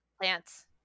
plants